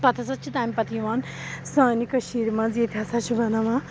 پَتہٕ ہَسا چھُ تَمہِ پَتہٕ اِوان سانہِ کٔشیٖرِ منٛز ییٚتہِ ہَسا چھُ بَناوان